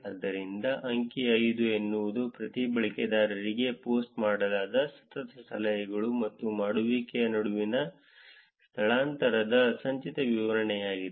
ಆದ್ದರಿಂದ ಅಂಕಿ 5 ಎನ್ನುವುದು ಪ್ರತಿ ಬಳಕೆದಾರರಿಗೆ ಪೋಸ್ಟ್ ಮಾಡಲಾದ ಸತತ ಸಲಹೆಗಳು ಮತ್ತು ಮಾಡುವಿಕೆಯ ನಡುವಿನ ಸ್ಥಳಾಂತರದ ಸಂಚಿತ ವಿತರಣೆಯಾಗಿದೆ